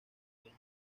ellos